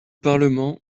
parlement